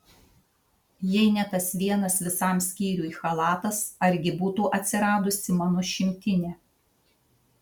jei ne tas vienas visam skyriui chalatas argi būtų atsiradusi mano šimtinė